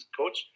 coach